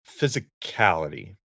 Physicality